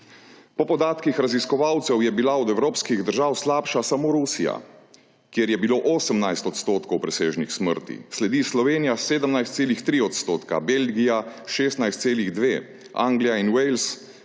Po podatkih raziskovalcev je bila od evropskih držav slabša samo Rusija, kjer je bilo 18 % presežnih smrti, sledi Slovenija 17,3 %, Belgija 16,2 %, Anglija in Wells